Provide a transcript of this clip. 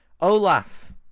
Olaf